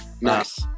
nice